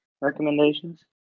recommendations